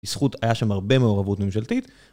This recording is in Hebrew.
זכות היה שם הרבה מעורבות ממשלתית.